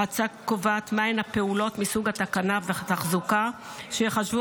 ההצעה קובעת מהן הפעולות מסוג התקנה ותחזוקה שייחשבו